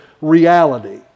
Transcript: reality